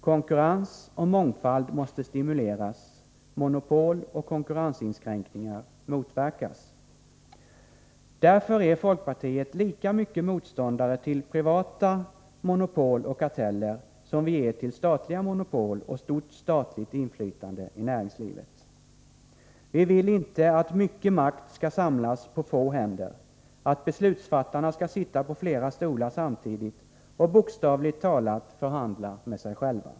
Konkurrens och mångfald måste stimuleras, monopol och konkurrensinskränkningar motverkas. Därför är folkpartiet lika mycket motståndare till privata monopol och karteller som vi är till statliga monopol och stort statligt inflytande i näringslivet. Vi vill inte att mycket makt skall samlas på få händer, att beslutsfattarna skall sitta på flera stolar samtidigt och bokstavligt talat förhandla med sig själva.